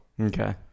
Okay